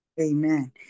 Amen